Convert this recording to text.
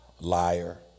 liar